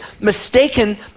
mistaken